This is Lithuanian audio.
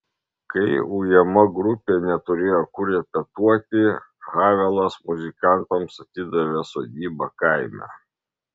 kai ujama grupė neturėjo kur repetuoti havelas muzikantams atidavė sodybą kaime